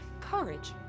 courage